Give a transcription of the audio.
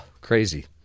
crazy